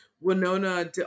winona